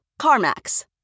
CarMax